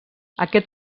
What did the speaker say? aquest